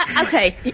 okay